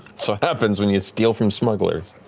so happens when you steal from smugglers.